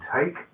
take